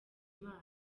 imana